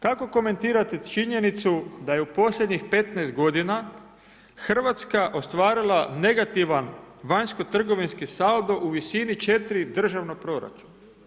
Kako komentirate činjenicu da je u posljednjih 15 godina RH ostvarila negativan vanjsko-trgovinski saldo u visini 4 državna proračuna?